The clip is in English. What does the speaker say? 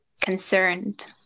concerned